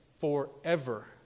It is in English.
forever